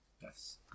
Yes